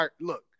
look